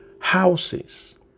houses